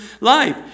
life